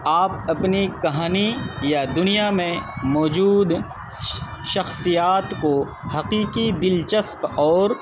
آپ اپنی کہانی یا دنیا میں موجود شخصیات کو حقیقی دلچسپ اور